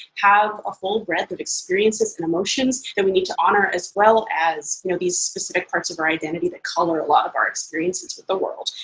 have a full breadth of experiences and emotions that we need to honor as well as you know these specific parts of our identity that color a lot of our experiences with the world.